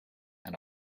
and